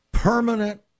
Permanent